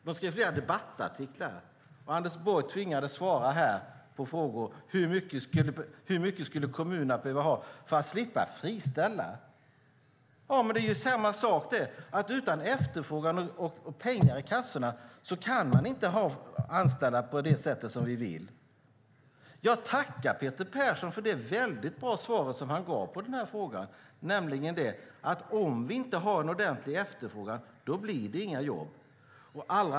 De skrev flera debattartiklar, och Anders Borg tvingades att här svara på frågor om hur mycket kommunerna behövde för att slippa friställa personal. Det är samma sak där, nämligen att utan efterfrågan och pengar i kassorna kan man inte anställa på det sätt vi vill. Jag tackar Peter Persson för det goda svar han gav på frågan, nämligen att om det inte finns en ordentlig efterfrågan blir det inga jobb.